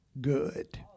good